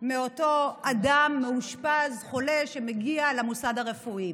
מאותו אדם, מאושפז, חולה, שמגיע למוסד הרפואי.